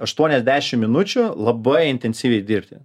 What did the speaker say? aštuoniasdešim minučių labai intensyviai dirbti